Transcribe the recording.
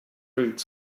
routes